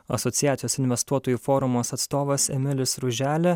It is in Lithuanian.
asociacijos investuotojų forumas atstovas emilis ruželė